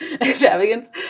extravagance